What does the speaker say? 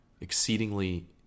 exceedingly